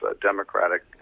democratic